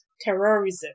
terrorism